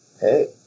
hey